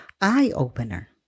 eye-opener